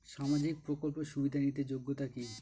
সামাজিক প্রকল্প সুবিধা নিতে যোগ্যতা কি?